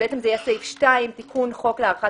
בעצם זה יהיה סעיף 2: "תיקון חוק להארכת